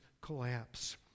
collapse